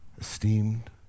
esteemed